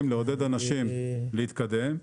לעודד אנשים להתקדם,